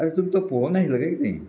आतां तुमी तो पोवू नाशिल्लो कांय कितें